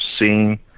seeing